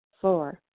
Four